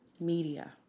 media